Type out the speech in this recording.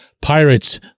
Pirates